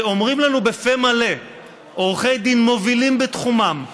שאומרים לנו בפה מלא עורכי דין מובילים בתחומם,